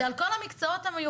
זה על כל המקצועות המיוחדים,